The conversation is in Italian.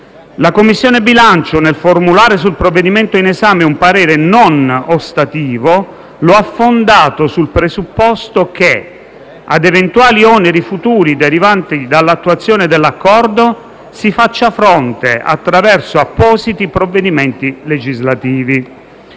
La Commissione bilancio, nel formulare sul provvedimento in esame un parere non ostativo, lo ha fondato sul presupposto che a eventuali oneri futuri derivanti dall'attuazione dell'Accordo si faccia fronte attraverso appositi provvedimenti legislativi.